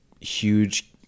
huge